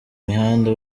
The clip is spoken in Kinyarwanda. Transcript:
mihanda